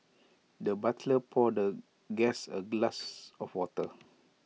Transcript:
the butler poured guest A glass of water